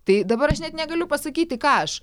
tai dabar aš net negaliu pasakyti ką aš